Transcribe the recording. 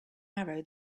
arrow